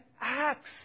acts